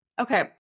Okay